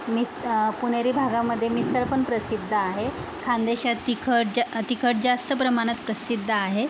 miss पुणेरी भागामधे मिसळपण प्रसिद्ध आहे खानदेशात तिखट ज तिखट जास्त प्रमाणात प्रसिद्ध आहे